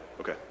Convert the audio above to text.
Okay